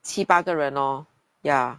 七八个人 lor ya